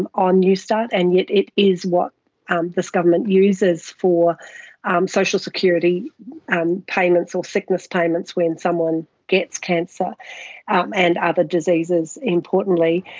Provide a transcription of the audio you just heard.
um on newstart, and yet it is what um this government uses for social security um payments or sickness payments when someone gets cancer um and other diseases, importantly.